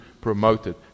promoted